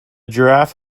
giraffe